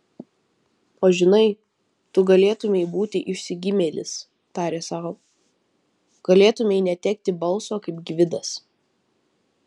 o žinai tu galėtumei būti išsigimėlis tarė sau galėtumei netekti balso kaip gvidas